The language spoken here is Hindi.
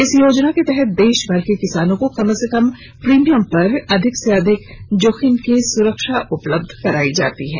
इस योजना के तहत देश भर के किसानों को कम से कम प्रिमियम पर अधिक से अधिक जोखिम से सुरक्षा उपलब्ध कराई जाती है